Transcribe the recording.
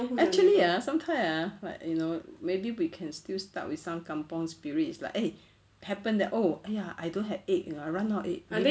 actually ah sometimes ah like you know maybe we can still start with some kampung spirit lah eh happen that oh !aiya! I don't have egg I run out of egg